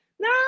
No